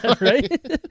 right